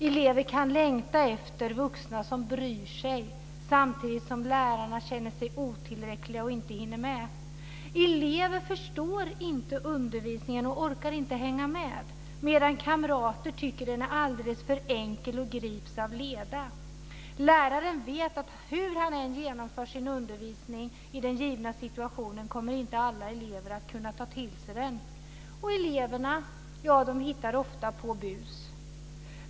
Elever kan längta efter vuxna som bryr sig, samtidigt som lärarna känner sig otillräckliga och inte hinner med. Eleven förstår inte undervisningen och orkar inte hänga med, medan kamraten tycker att den är alldeles för enkel och grips av leda. Läraren vet att alla elever inte kommer att kunna ta till sig hans undervisning hur han än genomför den i den givna situationen. Eleverna hittar ofta på bus.